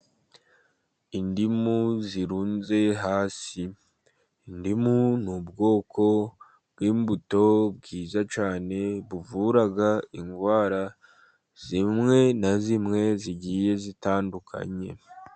Indimu zirunze hasi, indimu ni ubwoko bw'imbuto bwiza cyane buvura indwara zimwe na zimwe zigiye zitandukanye.